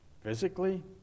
Physically